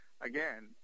Again